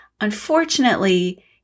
Unfortunately